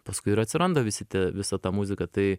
paskui ir atsiranda visi tie visa ta muzika tai